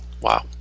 wow